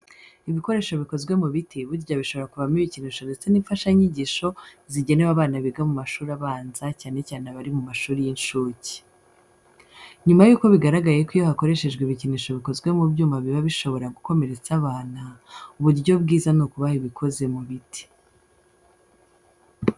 Ibikoresho bikoze mu biti burya bishobora kuvamo ibikinisho ndetse n'imfashanyigisho zigenewe abana biga mu mashuri abanza cyane cyane abari mu mashuri y'incuke. Nyuma yuko bigaragaye ko iyo hakoreshejwe ibikinisho bikoze mu byuma biba bishobora gukomeretsa abana, uburyo bwiza ni ukubaha ibikoze mu biti.